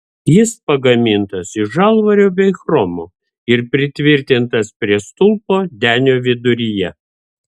jis pagamintas iš žalvario bei chromo ir pritvirtintas prie stulpo denio viduryje